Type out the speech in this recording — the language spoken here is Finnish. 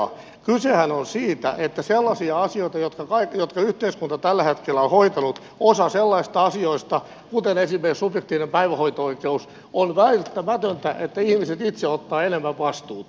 kysehän on siitä että sellaisissa asioissa jotka yhteiskunta tällä hetkellä on hoitanut osassa sellaisista asioista kuten esimerkiksi subjektiivisessa päivähoito oikeudessa on väistämätöntä että ihmiset itse ottavat enemmän vastuuta